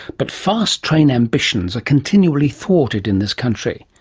but fast train ambitions are continually thwarted in this country.